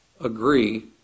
agree